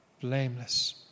blameless